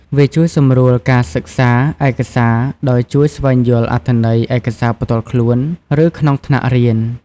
វាជួយសម្រួលការសិក្សាឯកសារ ដោយជួយស្វែងយល់អត្ថន័យឯកសារផ្ទាល់ខ្លួន ឬក្នុងថ្នាក់រៀន។